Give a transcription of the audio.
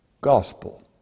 gospel